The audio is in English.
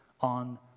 on